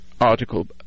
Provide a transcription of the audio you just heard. article